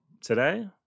today